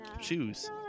shoes